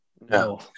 no